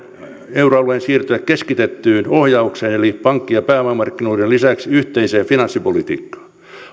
euroalueen siirtyä keskitettyyn ohjaukseen eli pankki ja pääomamarkkinoiden lisäksi yhteiseen finanssipolitiikkaan